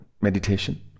meditation